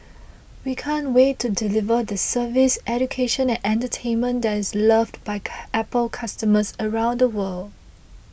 we can't wait to deliver the service education and entertainment that is loved by Apple customers around the world